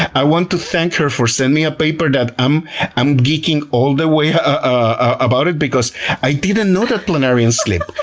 i want to thank her for sending me a paper that um i'm geeking all the way about because i didn't know that planarians sleep.